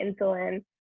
insulin